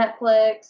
Netflix